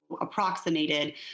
approximated